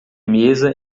mesa